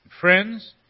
friends